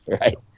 Right